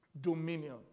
dominion